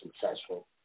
successful